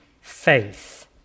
faith